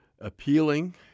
appealing